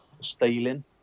stealing